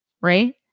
right